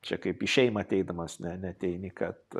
čia kaip į šeimą ateidamas ne neateini kad